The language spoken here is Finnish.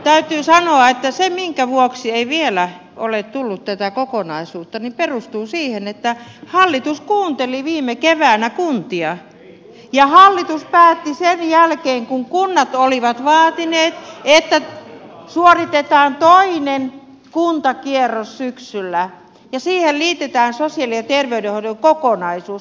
täytyy sanoa että se minkä vuoksi ei vielä ole tullut tätä kokonaisuutta perustuu siihen että hallitus kuunteli viime keväänä kuntia ja sen jälkeen kun kunnat olivat vaatineet että suoritetaan toinen kuntakierros syksyllä ja siihen liitetään sosiaali ja terveydenhoidon kokonaisuus hallitus päätti ryhtyä tähän työhön